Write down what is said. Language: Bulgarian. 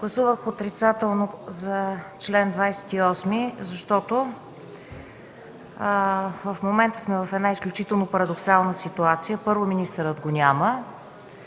Гласувах отрицателно за чл. 28, защото в момента сме в изключително парадоксална ситуация. Първо, министъра го няма.